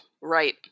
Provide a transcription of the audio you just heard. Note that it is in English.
right